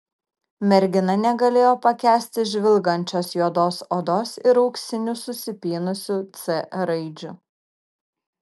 mergina negalėjo pakęsti žvilgančios juodos odos ir auksinių susipynusių c raidžių